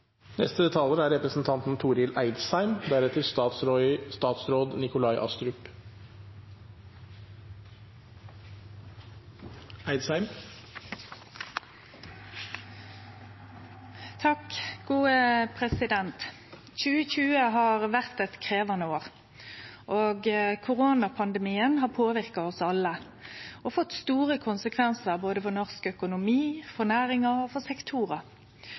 2020 har vore eit krevjande år. Koronapandemien har påverka oss alle og fått store konsekvensar både for norsk økonomi, for næringar og for sektorar.